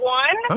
one